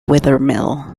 wethermill